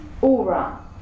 aura